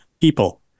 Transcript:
people